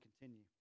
continue